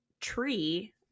tree